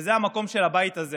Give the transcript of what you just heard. וזה המקום של הבית הזה